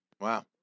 Wow